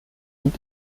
und